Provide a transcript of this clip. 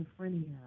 schizophrenia